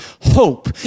hope